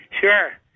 Sure